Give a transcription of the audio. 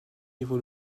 niveau